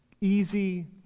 easy